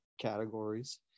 categories